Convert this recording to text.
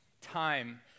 time